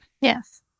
Yes